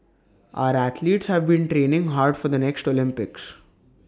our athletes have been training hard for the next Olympics